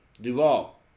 Duvall